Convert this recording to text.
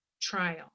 trial